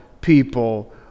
people